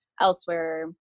elsewhere